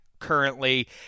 currently